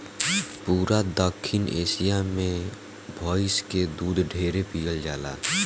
पूरा दखिन एशिया मे भइस के दूध ढेरे पियल जाला